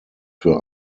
für